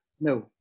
No